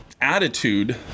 attitude